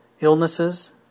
illnesses